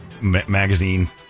magazine